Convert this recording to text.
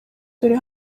dore